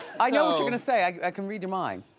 i know what you're gonna say, i can read your mind.